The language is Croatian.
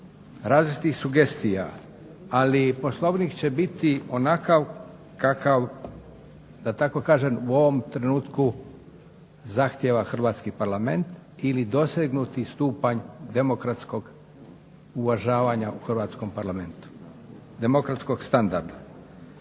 različitih sugestija. Ali Poslovnik će biti onakav kakav da tako kažem u ovom trenutku zahtijeva hrvatski Parlament ili dosegnuti stupanj demokratskog uvažavanja u hrvatskom Parlamentu, demokratskog standarda.